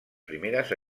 primeres